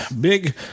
big